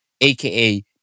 aka